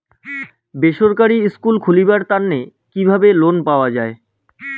বেসরকারি স্কুল খুলিবার তানে কিভাবে লোন পাওয়া যায়?